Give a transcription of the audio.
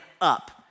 up